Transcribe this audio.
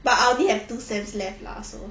but I only have two sems left lah so